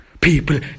people